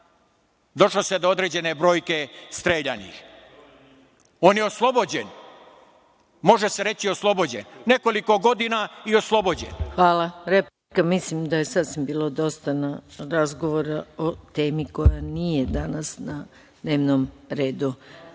došlo se do određene brojke streljanih. On je oslobođen, može se reći oslobođen. Nekoliko godina i oslobođen. **Maja Gojković** Hvala. Replika mislim da je sasvim bilo dosta razgovora o temi koja nije danas na dnevnom redu. Reč